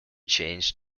change